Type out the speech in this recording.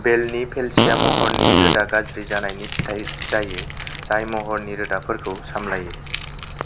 बेलनि पेलसिया महरनि रोदा गाज्रि जानायनि फिथाइ जायो जाय महरनि रोदाफोरखौ सामलायो